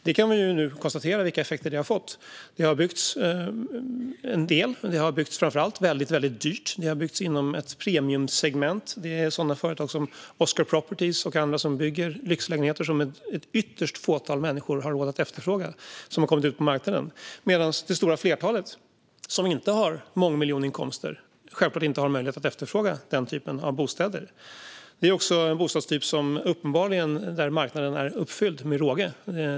Vi kan nu konstatera vilka effekter det har fått. Det har byggts en del, men det har framför allt byggts väldigt dyrt. Det har byggts inom ett premiumsegment. Det är lyxlägenheter som företag som Oscar Properties och andra bygger som har kommit ut på marknaden men som ett ytterst fåtal människor råd att efterfråga, medan det stora flertalet som inte har mångmiljoninkomster självklart inte har möjlighet att efterfråga den typen av bostäder. Marknaden för den bostadstypen är uppenbarligen också fylld med råge.